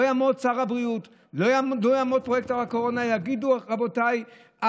לא יעמדו שר הבריאות ופרויקטור הקורונה ויגידו: רבותיי,